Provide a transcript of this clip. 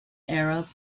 arab